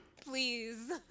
please